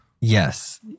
Yes